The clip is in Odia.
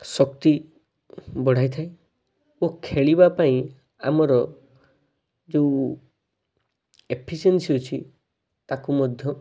ଶକ୍ତି ବଢ଼ାଇ ଥାଏ ଓ ଖେଳିବା ପାଇଁ ଆମର ଯେଉଁ ଏଫିସିଏନ୍ସି ଅଛି ତାକୁ ମଧ୍ୟ